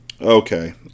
Okay